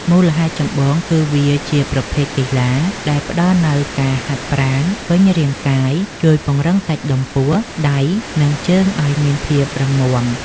មូលហេតុចម្បងគឺវាជាប្រភេទកីឡាដែលផ្ដល់នូវការហាត់ប្រាណពេញរាងកាយ ជួយពង្រឹងសាច់ដុំពោះ ដៃ និងជើងឱ្យមានភាពរឹងមាំ។